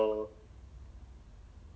we cannot go right